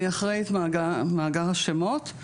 אני אחראית מאגר השמות.